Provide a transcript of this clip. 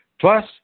Plus